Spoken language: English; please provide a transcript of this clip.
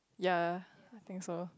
ya I think so